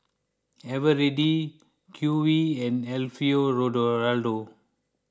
Eveready Q V and Alfio Raldo